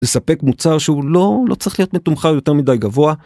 לספק מוצר שהוא לא צריך להיות מתומחר יותר מדי גבוה.